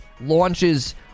launches